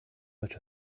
such